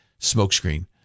smokescreen